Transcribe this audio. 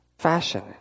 fashion